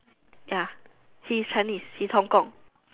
ya he's Chinese he's Hong Kong